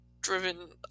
driven